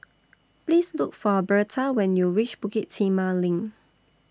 Please Look For Birtha when YOU REACH Bukit Timah LINK